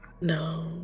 No